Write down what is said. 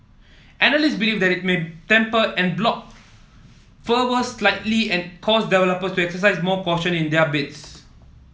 analysts believe that it may temper en bloc fervour slightly and cause developers to exercise more caution in their bids